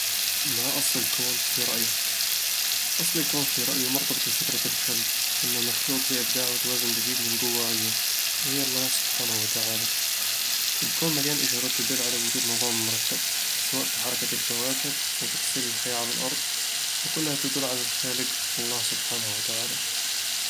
ما أصل الكون في رأيك؟ أصل الكون في رأيي مرتبط بفكرة الخلق، إنه مخلوق بإبداع وتوازن دقيق من قوة عليا، وهي الله سبحانه وتعالى. الكون مليان إشارات تدل على وجود نظام مرتب، سواء في حركة الكواكب أو تفاصيل الحياة على الأرض، وكلها تدل على الخالق الله سبحانه وتعالى